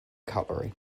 cutlery